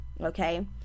Okay